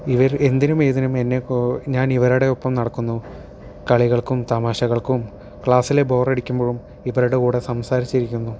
ഇവര് എന്തിനും ഏതിനും എന്നെ കൊ ഞാൻ ഇവരുടെ ഒപ്പം നടക്കുന്നു കളികൾക്കും തമാശകൾക്കും ക്ലാസ്സിലെ ബോറടിക്കുമ്പോഴും ഇവരുടെ കൂടെ സംസാരിച്ചിരിക്കുന്നു